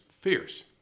fierce